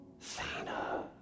Thana